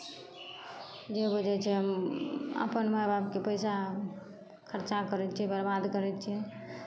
जे बुझै छै हम अपन माय बापके पैसा खर्चा करै छियै बर्बाद करै छियै